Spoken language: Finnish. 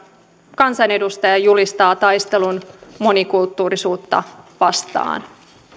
kansanedustaja julistaa taistelun monikulttuurisuutta vastaan